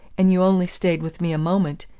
and you only stayed with me a moment,